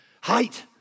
height